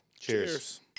Cheers